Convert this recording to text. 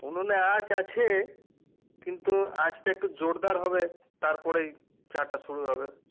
উনুনে আঁচ আছে কিন্তু আঁচটা একটু জোরদার হবে তারপরেই চা টা শুরু হবে